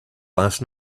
last